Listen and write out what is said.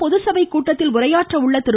பொதுசபை கூட்டத்தில் உரையாற்ற உள்ள திரு